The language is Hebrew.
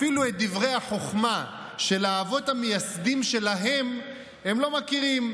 אפילו את דברי החוכמה של האבות המייסדים שלהם הם לא מכירים.